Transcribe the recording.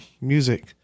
music